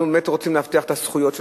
אנחנו באמת רוצים להבטיח את הזכויות של